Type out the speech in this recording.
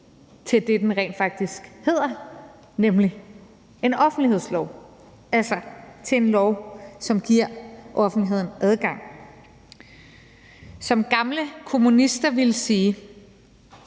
til det, den rent faktisk hedder, nemlig offentlighedslov, altså til en lov, som giver offentligheden adgang. Som gamle kommunister ville sige: